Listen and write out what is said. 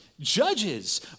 Judges